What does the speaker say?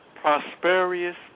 prosperous